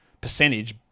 percentage